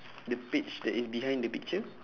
the page that is behind the picture